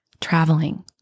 Traveling